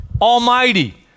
Almighty